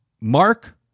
Mark